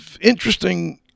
interesting